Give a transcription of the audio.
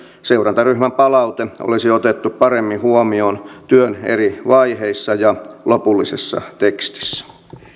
seurantaryhmän palaute olisi otettu paremmin huomioon työn eri vaiheissa ja lopullisessa tekstissä